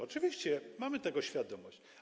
Oczywiście mamy tego świadomość.